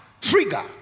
trigger